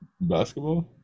basketball